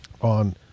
on